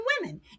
women